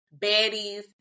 Baddies